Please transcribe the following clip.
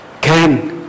Cain